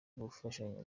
gufashanya